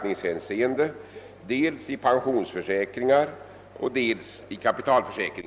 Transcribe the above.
Därför, herr talman, ber jag att få yrka bifall till utskottets hemställan.